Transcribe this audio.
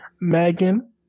Megan